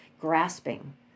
grasping